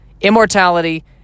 immortality